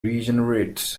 regenerates